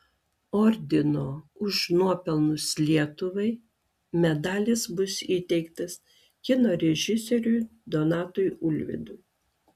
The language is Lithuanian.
ordino už nuopelnus lietuvai medalis bus įteiktas kino režisieriui donatui ulvydui